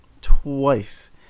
twice